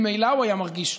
ממילא הוא היה מרגיש,